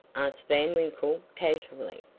asked van winkle, casually.